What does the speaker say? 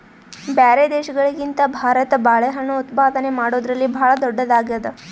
ಬ್ಯಾರೆ ದೇಶಗಳಿಗಿಂತ ಭಾರತ ಬಾಳೆಹಣ್ಣು ಉತ್ಪಾದನೆ ಮಾಡದ್ರಲ್ಲಿ ಭಾಳ್ ಧೊಡ್ಡದಾಗ್ಯಾದ